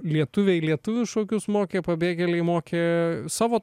lietuviai lietuvių šokius mokė pabėgėliai mokė savo